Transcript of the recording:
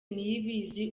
niyibizi